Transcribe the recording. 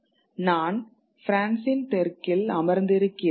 நான் பிரான்சின் தெற்கில் அமர்ந்திருக்கிறேன்